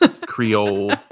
Creole